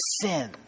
sin